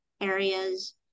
areas